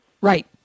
right